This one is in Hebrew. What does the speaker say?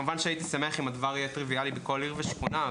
כמובן שהייתי שמח אם הדבר יהיה טריוויאלי בכל עיר ושכונה,